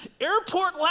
Airport